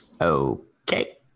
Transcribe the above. okay